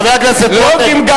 חבר הכנסת רותם,